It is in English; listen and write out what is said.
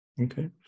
Okay